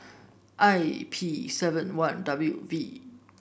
I P seven one W V